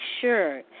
sure